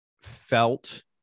felt